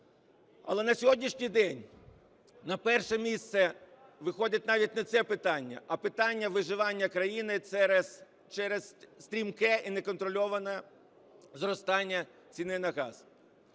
Але на сьогоднішній день на перше місце виходить навіть не це питання, а питання виживання країни через стрімке і неконтрольоване зростання ціни на газ.